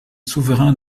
souverain